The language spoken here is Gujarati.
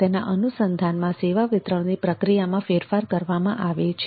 તેના અનુસંધાનમાં સેવા વિતરણની પ્રક્રિયામાં ફેરફાર કરવામાં આવે છે